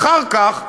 אחר כך,